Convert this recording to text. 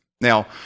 Now